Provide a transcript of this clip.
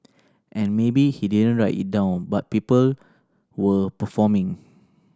and maybe he didn't write it down but people were performing